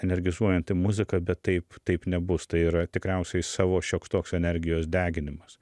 energizuojanti muziką bet taip taip nebus tai yra tikriausiai savo šioks toks energijos deginimas